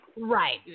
Right